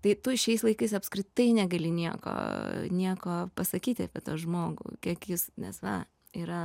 tai tu šiais laikais apskritai negali nieko nieko pasakyti apie tą žmogų kiek jis nes va yra